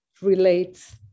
relates